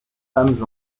femmes